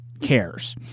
cares